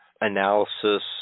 analysis